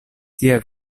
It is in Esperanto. tia